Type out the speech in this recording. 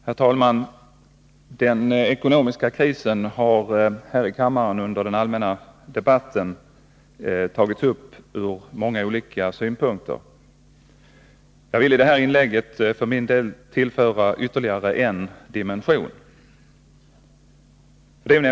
Herr talman! Den ekonomiska krisen har här i kammaren under den allmänna debatten tagits upp ur många olika synpunkter. Jag vill tillföra ytterligare en dimension.